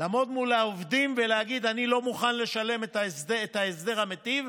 לעמוד מול העובדים ולהגיד: אני לא מוכן לשלם את ההסדר המיטיב.